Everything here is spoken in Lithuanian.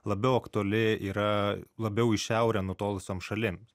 labiau aktuali yra labiau į šiaurę nutolusiom šalims